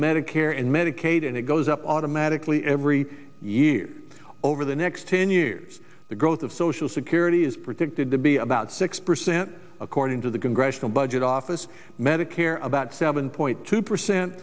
medicare and medicaid and it goes up automatically every year over the next ten years the growth of social security is predicted to be about six percent according to the congressional budget office medicare about seven point two percent